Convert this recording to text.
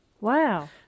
Wow